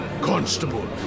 Constable